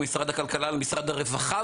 למשרד הכלכלה למשרד הרווחה,